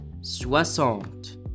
Soixante